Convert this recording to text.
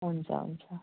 हुन्छ हुन्छ